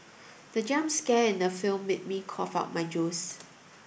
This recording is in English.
the jump scare in the film made me cough out my juice